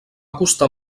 costar